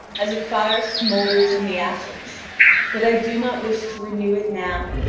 as a fire smoulders in the ashes but i do not wish to renew it now,